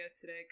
today